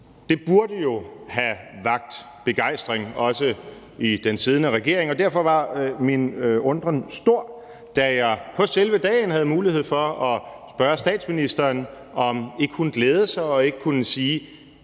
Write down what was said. Det burde jo have vakt begejstring også i den siddende regering, og derfor var min undren stor, da jeg på selve dagen havde mulighed for at spørge statsministeren, om ikke hun glædede sig og kunne sige: